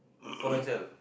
four man cell